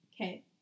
Okay